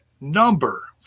number